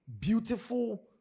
beautiful